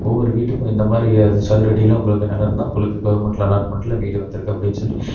ஒவ்வொரு வீட்டுக்கும் இந்தமாதிரி அது சதுரடியிலெலாம் உங்களுக்கு நிலம் இருந்தால் உங்களுக்கு கவர்மெண்ட்டில் அலாட்மெண்டில் வீடு வந்திருக்கு அப்படினு சொல்லி